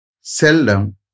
seldom